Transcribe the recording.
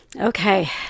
okay